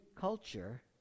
culture